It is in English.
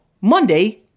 Monday